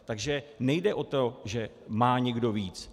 Takže nejde o to, že má někdo víc.